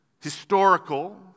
historical